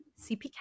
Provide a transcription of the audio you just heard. CPK